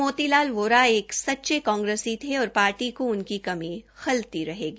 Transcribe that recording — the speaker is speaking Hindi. मोती लाल वोरा एक सच्चे कांग्रेसी थे और पार्टी को उनकी कमी खलती रहेगी